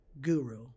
guru